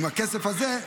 עם הכסף הזה,